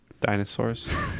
Dinosaurs